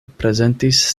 prezentis